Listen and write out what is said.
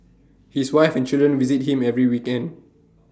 his wife and children visit him every weekend